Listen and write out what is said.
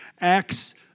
Acts